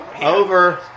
Over